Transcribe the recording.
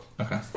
Okay